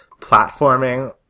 platforming